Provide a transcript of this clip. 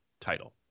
title